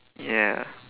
ya